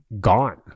gone